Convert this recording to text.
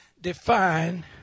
define